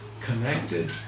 connected